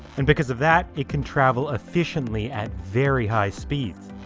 and because of that, it can travel efficiently at very high speeds.